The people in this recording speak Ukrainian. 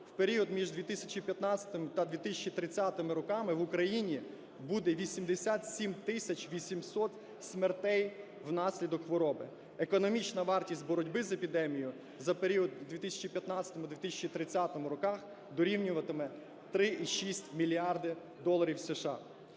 в період між 2015 та 2030 роками в Україні буде 87 тисяч 800 смертей внаслідок хвороби. Економічна вартість боротьби з епідемією за період з 2015-2030 роках дорівнюватиме 3,6 мільярда доларів США.